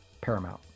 paramount